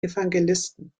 evangelisten